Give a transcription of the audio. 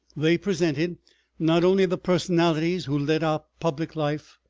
they presented not only the personalities who led our public life,